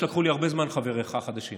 תבדוק את הזמן, תראה שחבריך החדשים